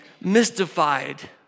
mystified